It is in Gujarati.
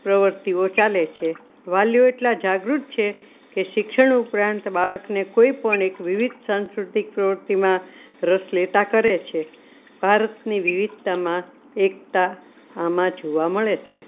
પ્રવૃત્તિઓ ચાલે છે વાલીઓ એટલાં જાગૃત છે કે શિક્ષણ ઉપરાંત બાળકને કોઈપણ એક વિવિધ સાંસ્કૃતિક પ્રવૃત્તિમાં રસ લેતાં કરે છે ભારતની વિવિધતામાં એકતા આમાં જોવા મળે છે